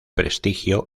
prestigio